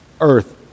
earth